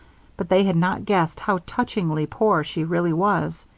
but they had not guessed how touchingly poor she really was.